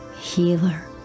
healer